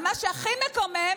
אבל מה שהכי מקומם,